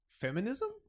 feminism